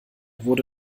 wurde